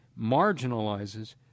marginalizes